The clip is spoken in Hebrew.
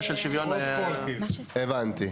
הבנתי.